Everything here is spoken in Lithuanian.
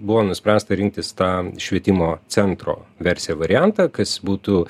buvo nuspręsta rinktis tą švietimo centro versiją variantą kas būtų